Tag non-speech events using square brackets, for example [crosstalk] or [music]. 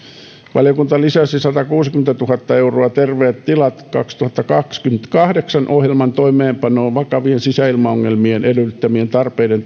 valiokunta lisäsi satakuusikymmentätuhatta euroa terveet tilat kaksituhattakaksikymmentäkahdeksan ohjelman toimeenpanoon vakavien sisäilmaongelmien edellyttämien tarpeiden [unintelligible]